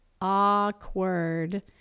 awkward